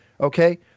Okay